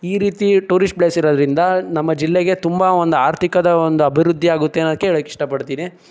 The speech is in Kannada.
ಈ ರೀತಿ ಟೂರಿಷ್ಟ್ ಪ್ಲೇಸಿರೋದ್ರಿಂದ ನಮ್ಮ ಜಿಲ್ಲೆಗೆ ತುಂಬ ಒಂದು ಆರ್ಥಿಕ ಒಂದು ಅಭಿವೃದ್ದಿಯಾಗುತ್ತೆ ಅನ್ನೋದಕ್ಕೆ ಹೇಳೋಕ್ಕೆ ಇಷ್ಟಪಡ್ತೀನಿ